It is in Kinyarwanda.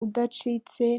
udacitse